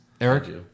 Eric